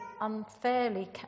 unfairly